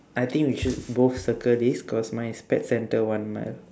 I think we should both circle this cause mine is pet centre one mile